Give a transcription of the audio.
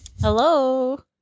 Hello